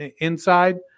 inside